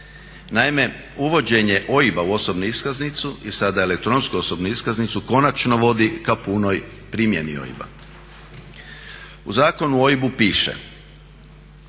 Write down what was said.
Naime, uvođenje OIB-a u osobnu iskaznicu i sada elektronsku osobnu iskaznicu konačno vodi ka punoj primjeni OIB-a. U Zakonu o OIB-u piše